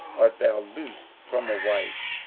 art thou loosed from a wife?